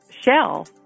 shell